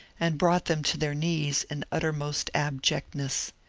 and brought them to their knees in utter most abjectness.